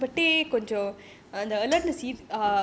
அதுனால:athunaala